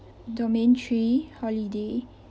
domain three holiday